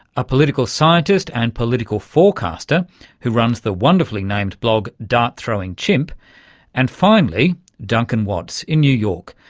a political scientist and political forecaster who runs the wonderfully named blog dart throwing chimp and finally duncan watts in new york,